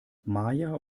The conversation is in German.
maja